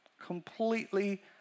Completely